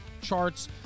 charts